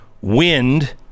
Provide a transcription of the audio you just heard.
wind